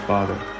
Father